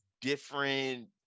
different